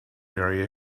very